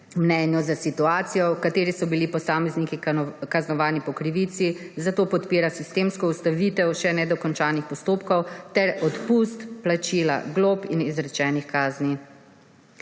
mnenju za situacijo, v kateri so bili posamezniki kaznovani po krivici, zato podpira sistemsko ustavitev še nedokončanih postopkov ter odpust plačila glob in izrečenih kazni.